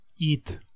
eat